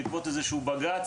בעקבות איזה שהוא בג"ץ,